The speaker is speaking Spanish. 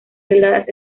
delgadas